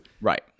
Right